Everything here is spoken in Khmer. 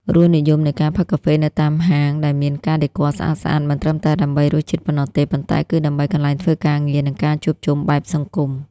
រសនិយមនៃការផឹកកាហ្វេនៅតាមហាងដែលមានការដេគ័រស្អាតៗ មិនត្រឹមតែដើម្បីរសជាតិប៉ុណ្ណោះទេ ប៉ុន្តែគឺដើម្បីកន្លែងធ្វើការងារ និងការជួបជុំបែបសង្គម។